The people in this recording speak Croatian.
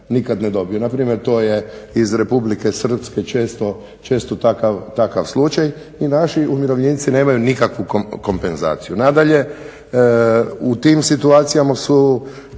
nikada ne dobiju. Npr. to je iz Republike Srpske često takav slučaj i naši umirovljenici nemaju nikakvu kompenzaciju. Nadalje, u tim situacijama su